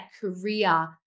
career